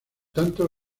tanto